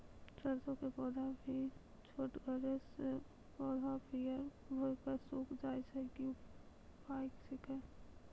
सरसों के पौधा भी छोटगरे मे पौधा पीयर भो कऽ सूख जाय छै, की उपाय छियै?